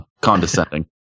condescending